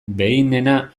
behinena